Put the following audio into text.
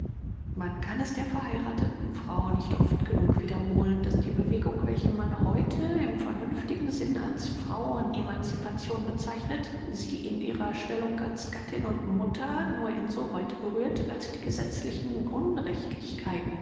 man kann es der verheiratheten frau nicht oft genug wiederholen daß die bewegung welche man heute im vernünftigen sinn als frauen emancipation bezeichnet sie in ihrer stellung als gattin und mutter nur in soweit berührt als die gesetzlichen